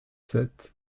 sept